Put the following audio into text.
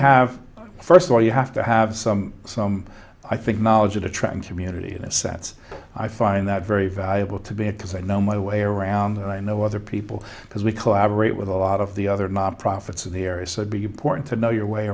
have first of all you have to have some some i think knowledge of the trying to communicate in a sense i find that very valuable to be had because i know my way around and i know other people because we collaborate with a lot of the other non profits of the area so be important to know your way